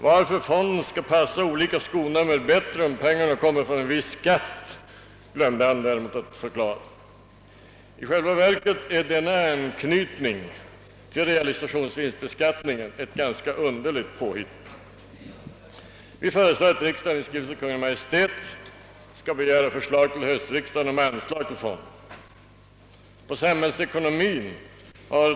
Varför fonden passar de olika skonumren bättre om pengarna kommer från en viss skatt glömde han däremot att förklara. I själva verket är denna anknytning till realisationsvinstbeskattningen ett ganska underligt påhitt. Vi föreslår att riksdagen i skrivelse till Kungl. Maj:t skall begära förslag till höstriksdagen om anslag till fonden.